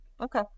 okay